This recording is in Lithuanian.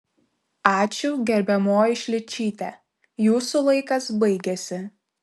ačiū gerbiamoji šličyte jūsų laikas baigėsi